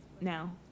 now